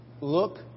look